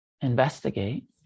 investigate